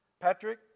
Patrick